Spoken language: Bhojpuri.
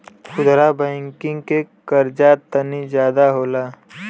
खुदरा बैंकिंग के कर्जा तनी जादा होला